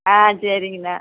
ஆ சரிங்ண்ண